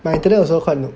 my internet also quite noob